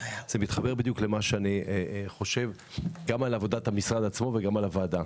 זה מתחבר בדיוק למה שאני חושב גם על עבודת המשרד עצמו וגם על הוועדה.